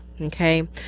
Okay